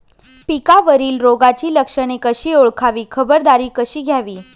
पिकावरील रोगाची लक्षणे कशी ओळखावी, खबरदारी कशी घ्यावी?